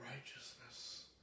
righteousness